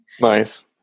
Nice